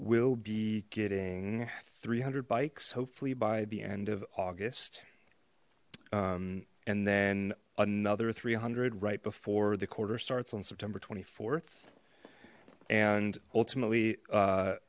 will be getting three hundred bikes hopefully by the end of august and then another three hundred right before the quarter starts on september th and ultimately